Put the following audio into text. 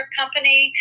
company